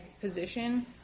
position